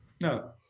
No